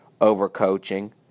overcoaching